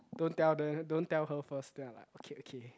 don't tell don't tell her first then i like okay okay